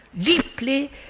deeply